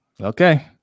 Okay